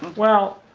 well,